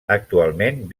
actualment